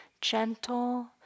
gentle